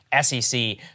SEC